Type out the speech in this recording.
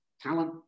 talent